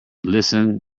listen